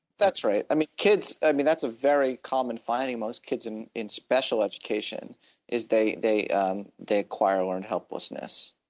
that's right, i mean kids, i mean that's a very common finding most kids in in special education is they they um acquire learned helplessness,